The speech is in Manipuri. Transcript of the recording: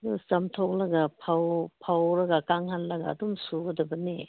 ꯑꯗꯨ ꯆꯥꯝꯊꯣꯛꯂꯒ ꯐꯧꯔꯒ ꯀꯪꯍꯜꯂꯒ ꯑꯗꯨꯝ ꯁꯨꯒꯗꯕꯅꯦ